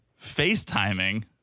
FaceTiming